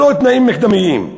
ללא תנאים מקדמיים.